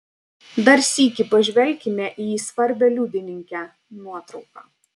dar sykį pažvelkime į svarbią liudininkę nuotrauką